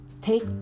take